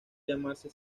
llamarse